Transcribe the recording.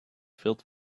filled